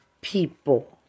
people